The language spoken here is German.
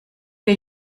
der